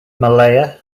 malaya